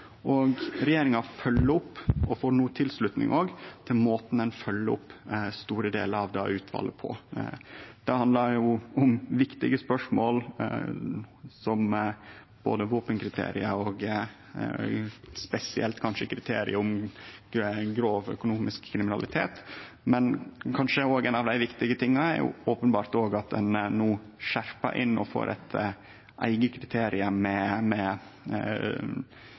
Regjeringa følgjer opp dette og får no òg tilslutning til måten ein følgjer opp store delar av det som kom frå det utvalet, på. Det handlar om viktige spørsmål som våpenkriterium og kanskje spesielt kriteriet om grov økonomisk kriminalitet. Men ein av dei viktige tinga er openbert at ein no skjerper inn og får eit eige